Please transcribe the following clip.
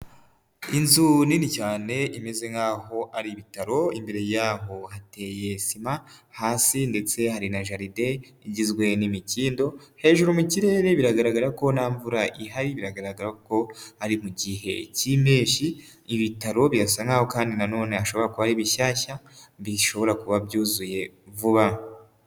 Inzu nini cyane imeze nkaho ari Ibitaro. Imbere yaho hateye sima. Hasi ndetse hari na jaride igizwe n'imikindo. Hejuru mu kirere biragaragara ko nta mvura ihari. Biragaragara ko ari mu gihe cy'impeshyi. Ibitaro birasa nkaho kandi nanone hashobora kuba ari bishyashya bishobora kuba byuzuye vuba.